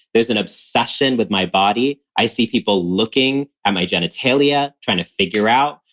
there's an obsession with my body. i see people looking at my genitalia, trying to figure out.